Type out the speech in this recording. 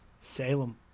Salem